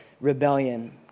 rebellion